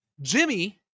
Jimmy